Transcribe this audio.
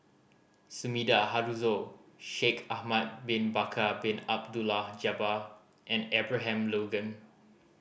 Sumida Haruzo Shaikh Ahmad Bin Bakar Bin Abdullah Jabbar and Abraham Logan